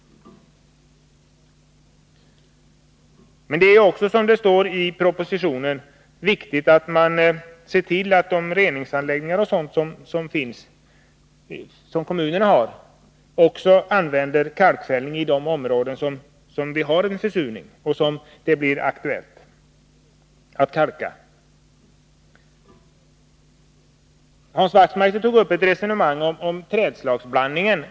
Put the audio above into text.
Men det är också viktigt — som det står i propositionen — att se till att de reningsanläggningar som kommunerna har också använder kalkfällning i de områden där det förekommer försurning och där det blir aktuellt att bedriva kalkning. Hans Wachtmeister tog upp ett resonemang om trädslagsblandning.